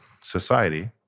society